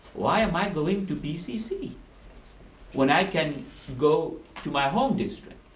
why am i going to pcc when i can go to my home district?